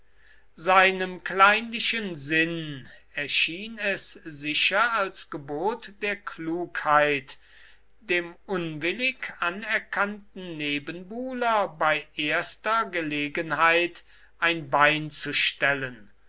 seinem kleinlichen sinn erschien es sicher als gebot der klugheit dem unwillig anerkannten nebenbuhler bei erster gelegenheit ein bein zu stellen